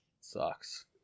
Sucks